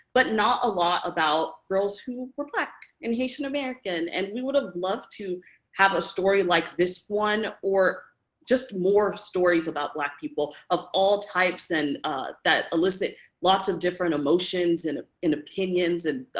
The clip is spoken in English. but not a lot girls who were black and haitian american, and we would have loved to have a story like this one or just more stories about black people of all types and that elicit lots of different emotions and and opinions and,